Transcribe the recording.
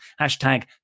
Hashtag